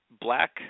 black